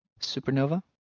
Supernova